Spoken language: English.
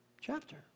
chapter